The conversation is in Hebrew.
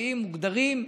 חברתיים מוגדרים,